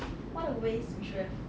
what a waste we should have